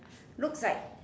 looks like